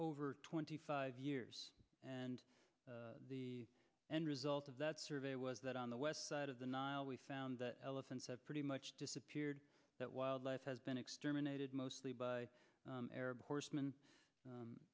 over twenty five years and the end result of that survey was that on the west side of the nile we found that elephants have pretty much disappeared that wildlife has been exterminated mostly by arab horsemen